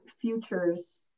futures